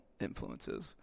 influences